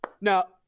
Now